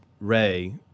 Ray